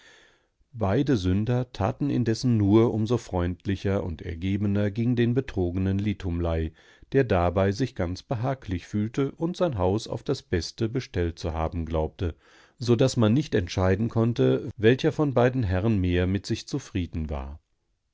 beide sünder taten indessen nur umso freundlicher und ergebener gegen den betrogenen litumlei der dabei sich ganz behaglich fühlte und sein haus auf das beste bestellt zu haben glaubte so daß man nicht unterscheiden konnte welcher von beiden herren mehr mit sich zufrieden war